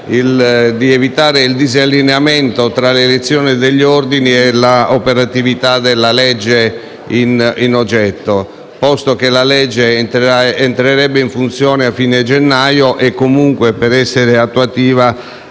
di evitare il disallineamento tra l'elezione degli ordini e l'operatività del disegno di legge in oggetto, posto che la legge entrerebbe in funzione a fine gennaio e comunque, per essere attuativa,